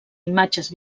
imatges